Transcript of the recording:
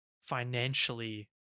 financially